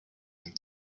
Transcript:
and